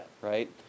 right